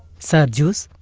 sir juice.